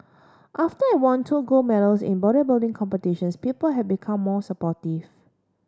after I won two gold medals in bodybuilding competitions people have became more supportive